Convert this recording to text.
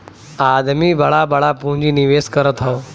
आदमी बड़ा बड़ा पुँजी निवेस करत हौ